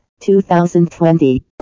2020